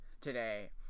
today